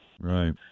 Right